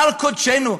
הר קודשנו,